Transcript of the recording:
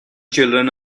children